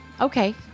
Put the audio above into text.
okay